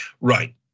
Right